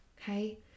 Okay